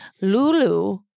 Lulu